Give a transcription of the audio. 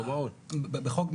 בחוק,